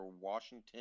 Washington